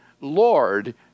Lord